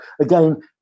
again